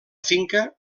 finca